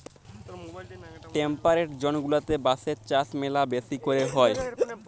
temperate zone গুলাতে বাঁশের চাষ ম্যালা বেশি ক্যরে হ্যয়